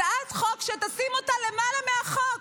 הצעת חוק שתשים אותה למעלה מהחוק.